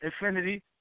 Infinity